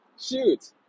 shoot